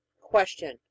Question